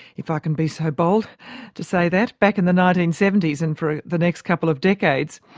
if i can be so bold to say that, back in the nineteen seventy s and for the next couple of decades.